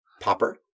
Popper